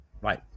right